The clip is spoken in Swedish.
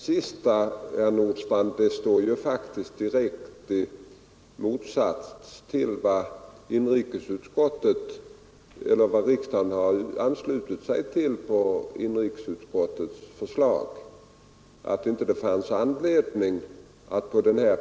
Herr talman! Jag har inte bestritt att avtal skall få slutas. Det är ju en Fredagen den sak som har skett länge inom annan undervisning och inom folkbild 16 mars 1973 ningen.